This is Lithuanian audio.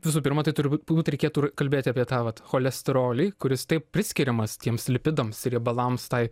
visų pirma tai turbūt reikėtų kalbėti apie tą vat cholesterolį kuris taip priskiriamas tiems lipidams riebalams tai